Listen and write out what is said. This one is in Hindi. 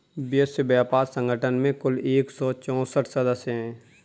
विश्व व्यापार संगठन में कुल एक सौ चौसठ सदस्य हैं